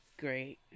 great